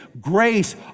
Grace